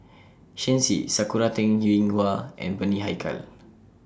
Shen Xi Sakura Teng Ying Hua and Bani Haykal